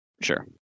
Sure